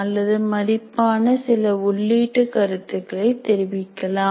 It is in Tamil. அல்லது மதிப்பான சில உள்ளீட்டு கருத்துக்களை தெரிவிக்கலாம்